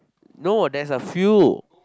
no there's a few